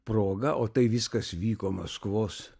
proga o tai viskas vyko maskvos